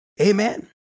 Amen